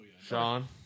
Sean